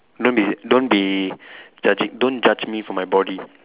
don't be don't be judging don't judge me for my body